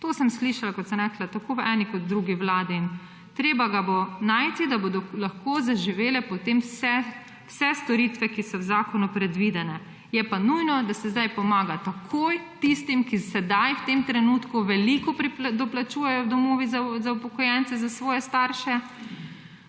To sem slišala, kot sem rekla, tako v eni kot v drugi vladi. In treba ga bo najti, da bodo lahko zaživele potem vse storitve, ki so v zakonu predvidene. Je pa nujno, da se zdaj pomaga takoj tistim, ki sedaj v tem trenutku veliko doplačujejo v domovih za upokojence za svoje starše,